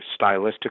stylistically